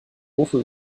wofür